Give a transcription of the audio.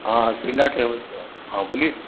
हा श्रीनाथ ट्रेवल्स जो हां बोलिये